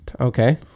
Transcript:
Okay